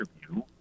interview